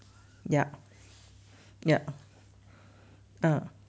yup yup uh